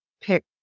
pick